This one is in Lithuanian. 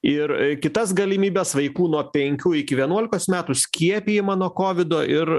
ir kitas galimybes vaikų nuo penkių iki vienuolikos metų skiepijimą nuo kovido ir